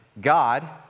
God